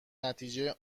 نتیجه